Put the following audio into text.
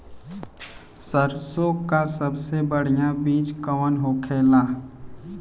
सरसों का सबसे बढ़ियां बीज कवन होखेला?